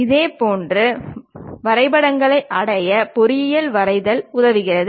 இதுபோன்ற வரைபடங்களை அடைய பொறியியல் வரைதல் உதவுகிறது